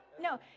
No